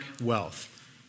wealth